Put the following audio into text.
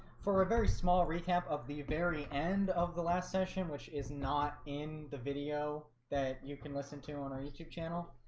for a very small recap of the very end of the last session, which is not in the video that you can listen to on our youtube channel.